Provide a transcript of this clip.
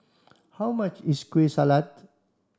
how much is Kueh Salat